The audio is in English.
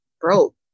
broke